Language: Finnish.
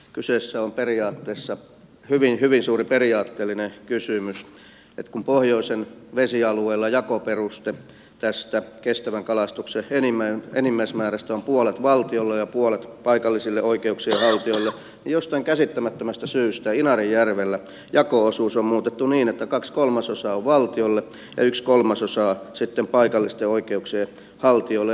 kyseessä on periaatteessa hyvin hyvin suuri periaatteellinen kysymys että kun pohjoisen vesialueella jakoperuste tästä kestävän kalastuksen enimmäismäärästä on puolet valtiolle ja puolet paikallisille oikeuksien haltijoille niin jostain käsittämättömästä syystä inarinjärvellä jako osuus on muutettu niin että kaksi kolmasosaa on valtiolle ja yksi kolmasosa sitten paikallisten oikeuksien haltijoille